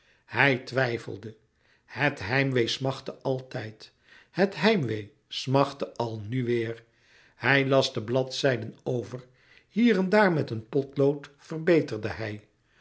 hij twijfelde het heimwee smachtte altijd het heimwee smachtte al nu weêr hij las de bladzijden over hier en daar met een potlood verbeterde hij